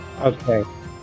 Okay